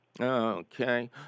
Okay